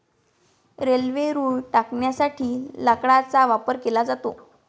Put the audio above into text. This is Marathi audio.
रेल्वे रुळ टाकण्यासाठी लाकडाचा वापर केला जातो